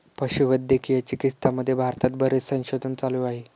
पशुवैद्यकीय चिकित्सामध्ये भारतात बरेच संशोधन चालू आहे